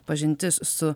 pažintis su